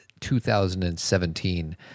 2017